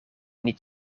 niet